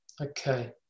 Okay